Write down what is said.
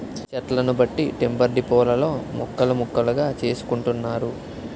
చెట్లను బట్టి టింబర్ డిపోలలో ముక్కలు ముక్కలుగా చేసుకుంటున్నారు